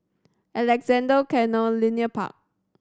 Alexandra Canal Linear Park